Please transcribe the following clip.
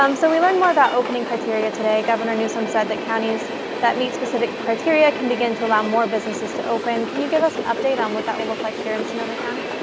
um so we learned more about opening criteria today. governor newsom said that counties that meet specific criteria can begin to allow more businesses to open. can you give us an update on what that will look like here in sonoma county?